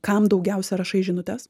kam daugiausia rašai žinutes